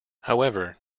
however